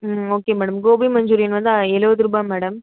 ம் okay madam gobi manchurian வந்து எழுபதுரூபா மேடம்